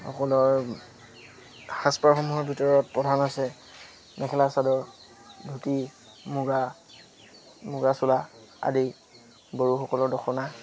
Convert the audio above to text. সকলৰ সাজপাৰসমূহৰ ভিতৰত প্ৰধান হৈছে মেখেলা চাদৰ ধুতি মুগা মুগা চোলা আদি বড়োসকলৰ দখনা